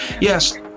yes